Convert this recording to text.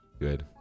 Good